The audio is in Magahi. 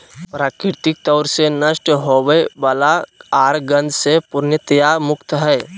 प्राकृतिक तौर से नष्ट होवय वला आर गंध से पूर्णतया मुक्त हइ